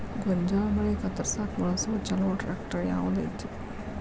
ಗೋಂಜಾಳ ಬೆಳೆ ಕತ್ರಸಾಕ್ ಬಳಸುವ ಛಲೋ ಟ್ರ್ಯಾಕ್ಟರ್ ಯಾವ್ದ್ ಐತಿ?